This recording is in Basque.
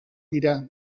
dira